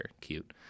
cute